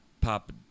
Pop